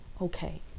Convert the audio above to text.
okay